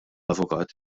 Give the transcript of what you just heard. avukat